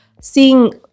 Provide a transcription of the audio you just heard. seeing